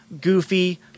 goofy